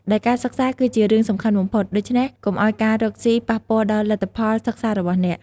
ដោយការសិក្សាគឺជារឿងសំខាន់បំផុត ដូច្នេះកុំឱ្យការរកស៊ីប៉ះពាល់ដល់លទ្ធផលសិក្សារបស់អ្នក។